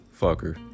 fucker